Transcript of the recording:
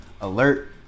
alert